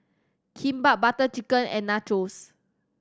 Kimbap Butter Chicken and Nachos